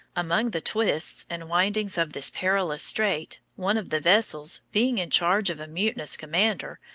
among the twists and windings of this perilous strait, one of the vessels, being in charge of a mutinous commander,